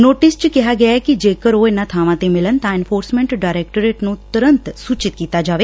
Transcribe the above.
notice ਚ ਕਿਹਾ ਗਿਆ ਕਿ ਜੇਕਰ ਉਹ ਇਨਾਂ ਬਾਵਾਂ ਤੇ ਮਿਲਣ ਤਾਂ ਐਨਫੋਰਸਮੈਟ ਡਾਇਰੈਕਟੋਰੇਟ ਨੂੰ ਤੁਰੰਤ ਸੁਚਿਤ ਕੀਤਾ ਜਾਵੇ